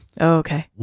okay